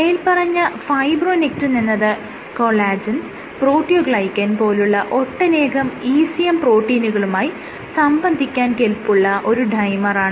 മേല്പറഞ്ഞ ഫൈബ്രോനെക്റ്റിൻ എന്നത് collagen proteoglycan പോലുള്ള ഒട്ടനേകം ECM പ്രോട്ടീനുകളുമായി സംബന്ധിക്കാൻ കെല്പുള്ള ഒരു ഡൈമറാണ്